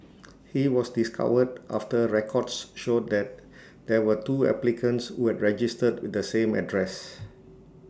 he was discovered after records showed that there were two applicants who had registered with the same address